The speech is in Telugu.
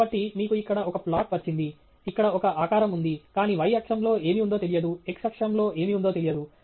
కాబట్టి మీకు ఇక్కడ ఒక ప్లాట్ వచ్చింది ఇక్కడ ఒక ఆకారం ఉంది కానీ y అక్షంలో ఏమి ఉందో తెలియదు x అక్షంలో ఏమి ఉందో తెలియదు